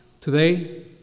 Today